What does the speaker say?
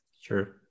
sure